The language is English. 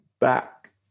back